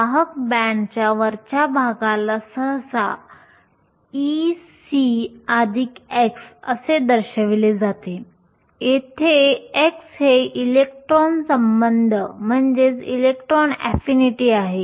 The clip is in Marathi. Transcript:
वाहक बँडच्या वरच्या भागाला सहसा Ec χ असे दर्शविले जाते जेथे χ हे इलेक्ट्रॉन संबंध आहे